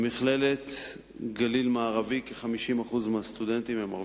במכללת הגליל המערבי כ-50% מהסטודנטים הם ערבים,